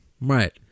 Right